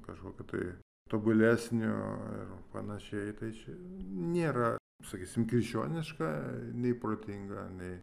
kažkokio tai tobulesnio ar panašiai tai čia nėra sakysim krikščioniška nei protinga nei